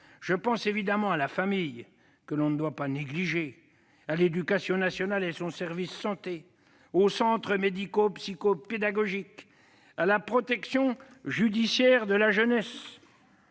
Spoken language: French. Je pense évidemment à la famille que l'on ne doit pas négliger, à l'éducation nationale et son service santé, aux centres médico-psycho-pédagogiques et à la protection judiciaire de la jeunesse.